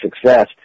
success